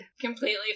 Completely